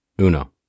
Uno